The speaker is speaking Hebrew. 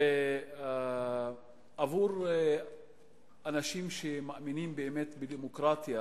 שעבור אנשים שמאמינים באמת בדמוקרטיה